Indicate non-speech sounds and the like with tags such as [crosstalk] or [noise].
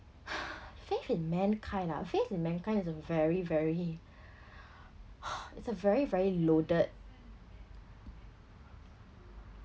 [breath] faith in mankind ah faith in mankind is a very very [breath] it's a very very loaded